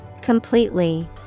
Completely